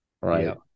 Right